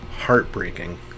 heartbreaking